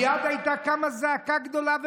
מייד הייתה קמה זעקה גדולה ומרה.